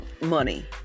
money